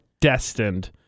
destined